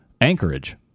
Anchorage